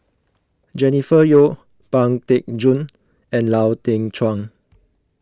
Jennifer Yeo Pang Teck Joon and Lau Teng Chuan